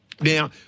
Now